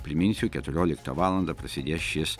priminsiu keturioliktą valandą prasidės šis